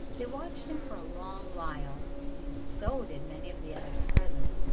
they watched him for a long while and so did many of the others present.